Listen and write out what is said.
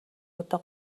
удаа